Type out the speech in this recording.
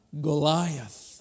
Goliath